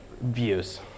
views